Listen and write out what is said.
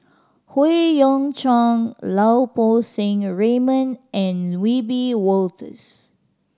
Howe Yoon Chong Lau Poo Seng Raymond and Wiebe Wolters